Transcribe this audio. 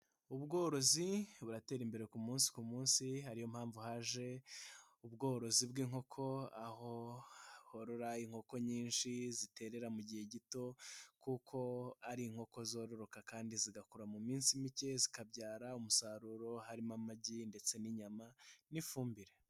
Ubworozi buratera imbere ku munsi ku munsi, ariyo mpamvu haje ubworozi bw'inkoko, aho horora inkoko nyinshi ziterera mu gihe gito kuko ari inkoko zororoka kandi zigakura mu minsi mike, zikabyara umusaruro harimo amagi ndetse n'inyama n'ifumbire.